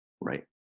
Right